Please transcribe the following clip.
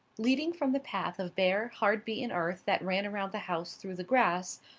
leading from the path of bare, hard-beaten earth that ran around the house through the grass,